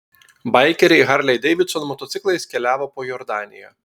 baikeriai harley davidson motociklais keliavo po jordaniją